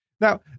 Now